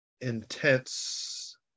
intense